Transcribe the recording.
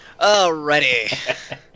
Alrighty